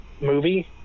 movie